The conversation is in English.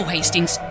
Hastings